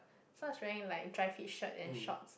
so I was wearing like dry fit shirt and shorts